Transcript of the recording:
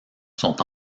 sont